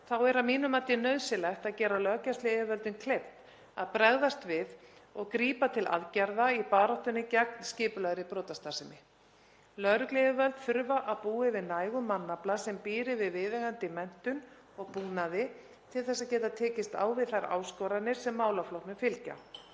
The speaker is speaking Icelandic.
er að mínu mati nauðsynlegt að gera löggæsluyfirvöldum kleift að bregðast við og grípa til aðgerða í baráttunni gegn skipulagðri brotastarfsemi. Lögregluyfirvöld þurfa að búa yfir nægum mannafla sem býr við viðeigandi menntun og búnaði til þess að geta tekist á við þær áskoranir sem málaflokknum fylgja.